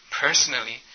personally